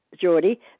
Geordie